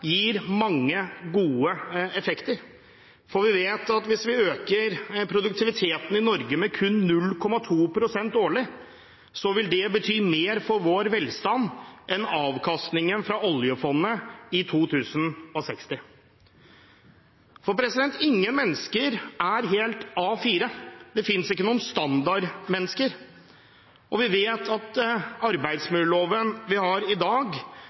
gir mange gode effekter. Vi vet at hvis vi øker produktiviteten i Norge med kun 0,2 pst. årlig, vil det bety mer for vår velstand enn avkastningen av oljefondet i 2060. Ingen mennesker er helt A4. Det finnes ikke noen standardmennesker. Vi vet at den arbeidsmiljøloven vi har i dag,